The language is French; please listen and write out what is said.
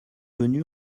venus